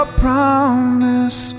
promise